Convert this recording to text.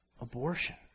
Abortion